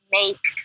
make